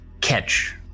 catch